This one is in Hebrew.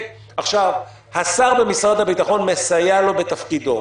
השר במשרד הביטחון מסייע לו בתפקידו.